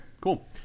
cool